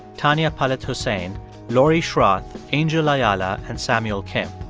tanya palit husain, lori schroth, angel ayala and samuel kim.